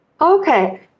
Okay